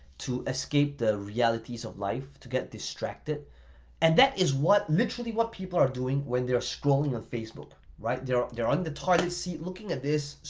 to escape the realities of life, to get distracted and that is what literally what people are doing when they're scrolling on facebook, right? they're they're on the toilet seat looking at this,